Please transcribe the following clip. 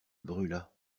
brûla